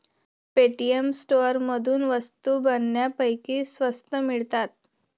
Paytm स्टोअरमधून वस्तू बऱ्यापैकी स्वस्त मिळतात